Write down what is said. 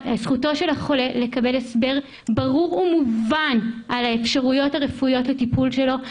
זכותו של החולה לקבל הסבר ברור ומובן על האפשרויות הרפואיות לטיפול שלו,